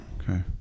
Okay